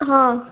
ആ